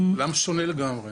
זה עולם שונה לגמרי.